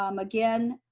um again,